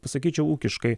pasakyčiau ūkiškai